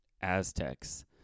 Aztecs